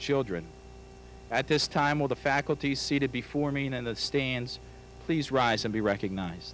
children at this time of the faculty seated before me and the stands please rise and be recognized